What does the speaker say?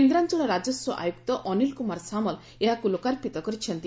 କେନ୍ଦ୍ରାଞଳ ରାଜସ୍ୱ ଆୟୁକ୍ତ ଅନିଲ୍ କୁମାର ସାମଲ୍ ଏହାକୁ ଲୋକାର୍ପିତ କରିଛନ୍ତି